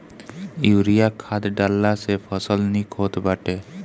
urea खाद डालला से फसल निक होत बाटे